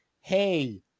hey